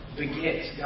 begets